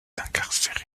incarcéré